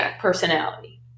personality